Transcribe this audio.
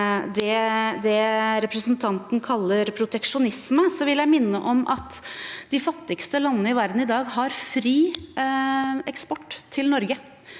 det representanten kaller proteksjonisme, vil jeg minne om at de fattigste landene i verden i dag har fri eksport til Norge.